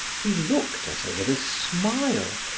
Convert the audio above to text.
he looked at her with a smile,